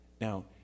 Now